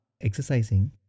exercising